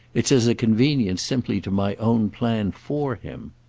it's as a convenience simply to my own plan for him.